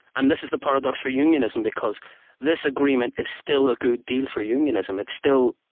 and this is the paradox for unionism because this agreement is still a good deal for unionism, it's still,